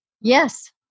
Yes